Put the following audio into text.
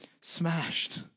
smashed